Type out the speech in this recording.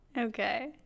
Okay